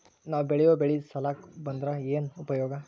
ನಾವ್ ಬೆಳೆಯೊ ಬೆಳಿ ಸಾಲಕ ಬಂದ್ರ ಏನ್ ಉಪಯೋಗ?